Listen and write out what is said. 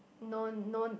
known known